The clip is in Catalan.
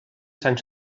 sant